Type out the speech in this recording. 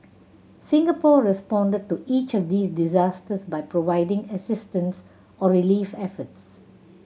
Singapore responded to each of these disasters by providing assistance or relief efforts